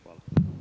Hvala.